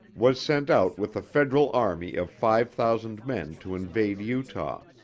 was sent out with a federal army of five thousand men to invade utah.